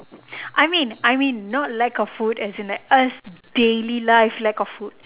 I mean I mean not lack of food as in like us daily life lack of food